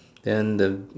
then the